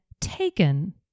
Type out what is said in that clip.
taken